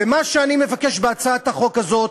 ומה שאני מבקש בהצעת החוק הזאת,